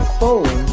phone